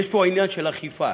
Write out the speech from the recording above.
כך כמה דיונים בראשותי,